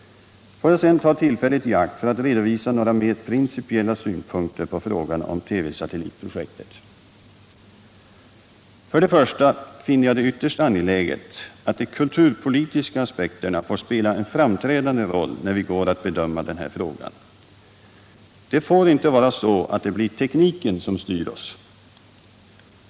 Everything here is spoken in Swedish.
Låt mig sedan ta tillfället i akt för att redovisa några mera principiella synpunkter på frågan om TV-satellitprojektet. För det första finner jag det ytterst angeläget att de kulturpolitiska aspekterna får spela en framträdande roll när vi går att bedöma den här frågan. Det får inte bli tekniken som styr oss.